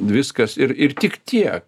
viskas ir ir tik tiek